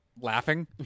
laughing